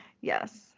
Yes